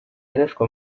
yarashwe